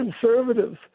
conservatives